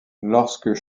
lorsque